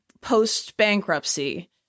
post-bankruptcy